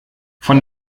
von